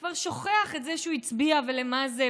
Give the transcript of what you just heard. הציבור כבר שוכח את זה שהוא הצביע ולמה זה,